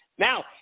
Now